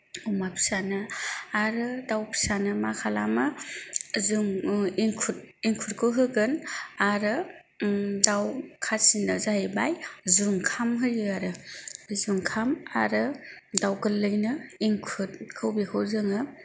अमा फिसानो आरो दाउ फिसानो मा खालामो जों एंखुर एंखुरखौ होगोन आरो दाउ खासिना जाहैबाय जुंखाम होयो आरो जुंखाम आरो दाउ गोरलैनो एंखुरखौ बेखौ जोङो